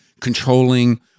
controlling